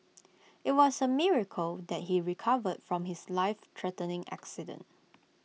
IT was A miracle that he recovered from his lifethreatening accident